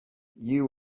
you